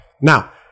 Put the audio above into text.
Now